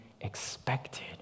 expected